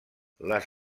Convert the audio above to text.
les